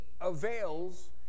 avails